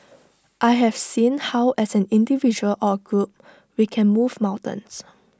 I have seen how as an individual or A group we can move mountains